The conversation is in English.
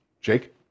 Jake